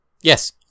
Yes